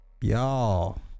y'all